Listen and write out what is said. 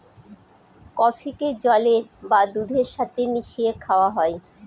কফিকে জলের বা দুধের সাথে মিশিয়ে খাওয়া হয়